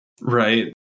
Right